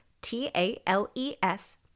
T-A-L-E-S